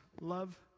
love